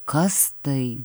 kas tai